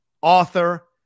author